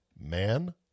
man